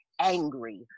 angry